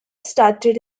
started